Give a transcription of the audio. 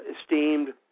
esteemed